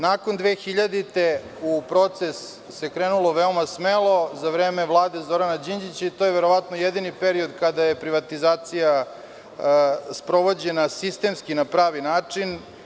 Nakon 2000. godine u proces se krenulo veoma smelo, za vreme vlade Zorana Đinđića i to je verovatno jedini period kada je privatizacija sprovođena sistemski i na pravi način.